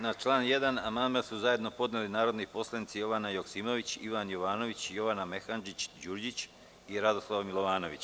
Na član 1. amandman su zajedno podneli narodni poslanici Jovana Joksimović, Ivan Jovanović, Jovana Mehandžić Đurđić i Radoslav Milovanović.